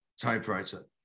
typewriter